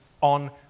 on